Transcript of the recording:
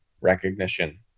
recognition